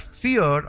fear